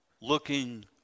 Looking